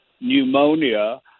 pneumonia